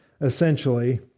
essentially